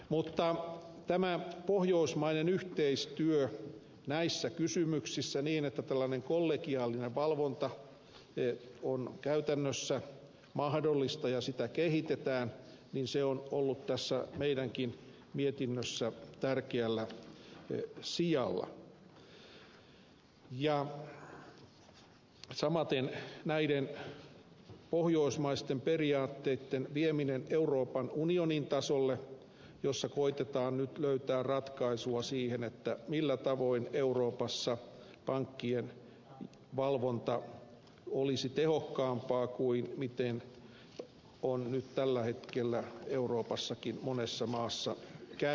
mutta tämä pohjoismainen yhteistyö näissä kysymyksissä että tällainen kollegiaalinen valvonta on käytännössä mahdollista ja sitä kehitetään on ollut tässä meidänkin mietinnössämme tärkeällä sijalla samaten näiden pohjoismaisten periaatteitten vieminen euroopan unionin tasolle jossa koetetaan nyt löytää ratkaisua siihen millä tavoin euroopassa pankkien valvonta olisi tehokkaampaa kuin on tällä hetkellä euroopassakin monessa maassa käynyt